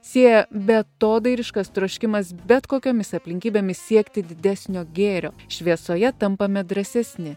sieja beatodairiškas troškimas bet kokiomis aplinkybėmis siekti didesnio gėrio šviesoje tampame drąsesni